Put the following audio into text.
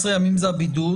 14 ימים זה הבידוד,